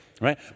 right